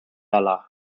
bella